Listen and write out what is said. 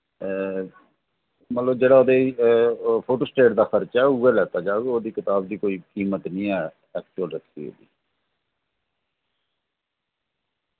मतलब जेह्ड़ा उदे च फोटोस्टेट दा खर्चा उयै लैता जाग ओह्दी कताब दी कोई कीमत निं ऐ एक्चुअल रक्खी दी